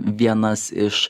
vienas iš